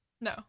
No